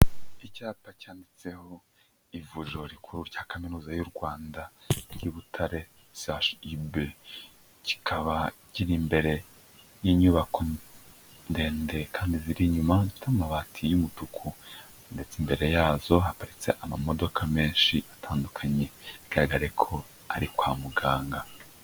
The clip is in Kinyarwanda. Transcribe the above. Icyapa cyanditseho ivuriro rikuru rya kaminuza y'u Rwanda y'Ibutare CHUB, kikaba kiri imbere y'inyubako ndende kandi ziri inyuma zifite amabati y'umutuku ndetse imbere yazo haparitse amamodoka menshi atandukanye, bigaragare ko ari kwa muganga.